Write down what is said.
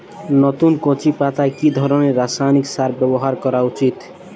নতুন কচি পাতায় কি ধরণের রাসায়নিক সার ব্যবহার করা উচিৎ?